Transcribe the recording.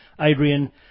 Adrian